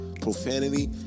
Profanity